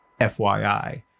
FYI